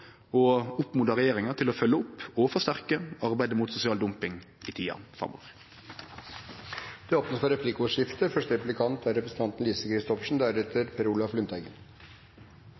og oppmodar regjeringa til å følgje opp og forsterke arbeidet mot sosial dumping i tida framover. Det blir replikkordskifte.